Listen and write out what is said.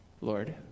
Lord